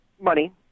money